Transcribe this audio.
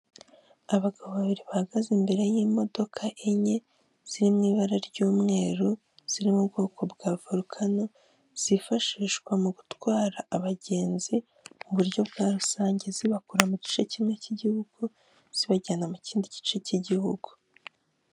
Ibiti, ibyatsi, cyapa, indabyo, inzu, amabati.